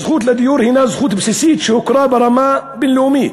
הזכות לדיור הנה זכות בסיסית שהוכרה ברמה בין-לאומית.